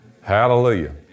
Hallelujah